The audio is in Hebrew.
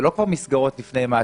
זה כבר לא מסגרות לפני מעצר,